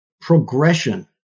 progression